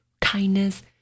kindness